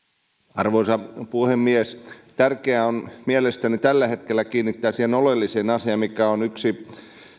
arvoisa puhemies tärkeää on mielestäni tällä hetkellä kiinnittää huomiota yhteen oleelliseen asiaan ja se on